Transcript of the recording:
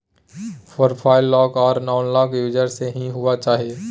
profile lock आर unlock user से ही हुआ चाहिए